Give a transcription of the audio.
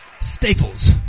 Staples